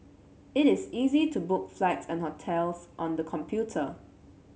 it is easy to book flights and hotels on the computer